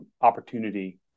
opportunity